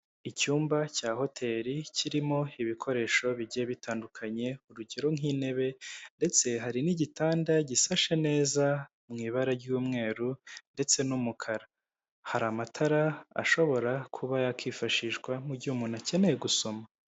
Icyumba cya hoteri kirimo ibikoresho bigiye bitandukanye, urugero nk'intebe, ndetse hari n'igitanda gishashe neza mu ibara ry'umweru ndetse n'umukara. Hari n'amatara ashobora kuba yakifashishwa mu gihe umuntu akeneye gusoma.